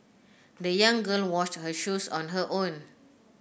the young girl washed her shoes on her own